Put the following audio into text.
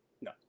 No